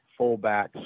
fullbacks